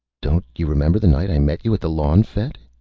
don't you remember the night i met you at the lawn fete?